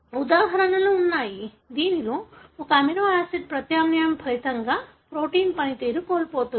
ఉదాహరణలు ఉన్నాయి దీనిలో ఒక అమినో ఆసిడ్ ప్రత్యామ్నాయం ఫలితంగా ప్రోటీన్ పనితీరు కోల్పోతుంది